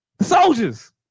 Soldiers